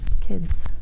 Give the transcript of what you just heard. kids